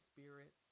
Spirit